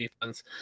defense